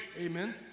Amen